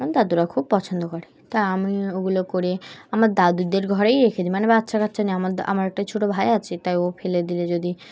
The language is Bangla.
দাদুরা খুব পছন্দ করে তাই আমি ওগুলো করে আমার দাদুদের ঘরেই রেখে দিই মানে বাচ্চা কাচ্চা নেই আমার আমার একটা ছোটো ভাই আছে তাই ও ফেলে দিলে যদি